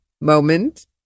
moment